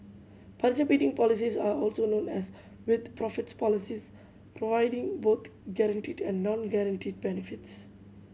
participating policies are also known as with profits policies providing both guaranteed and non guaranteed benefits